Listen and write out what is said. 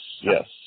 yes